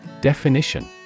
Definition